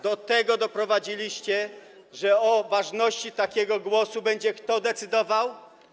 Do tego doprowadziliście, że o ważności takiego głosu będzie kto decydował?